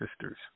sisters